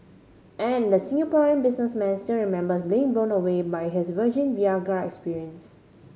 and the Singaporean businessman still remember being blown away by his virgin Viagra experience